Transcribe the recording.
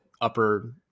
upper